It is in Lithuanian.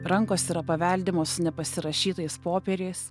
rankos yra paveldimos nepasirašytais popieriais